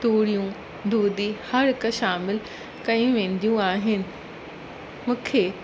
तूरियूं दूधी हर हिकु शामिलु कयूं वेंदियूं आहिनि मूंखे